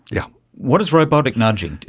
yeah what is robotic nudging?